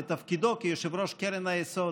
בתפקידו כיושב-ראש קרן היסוד.